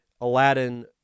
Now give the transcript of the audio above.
Aladdin